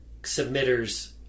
submitters